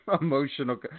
Emotional